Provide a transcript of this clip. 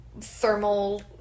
thermal